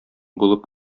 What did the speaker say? булып